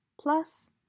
plus